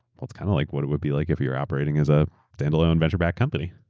it's kind of like what it would be like if you're operating as a standalone venture-backed company.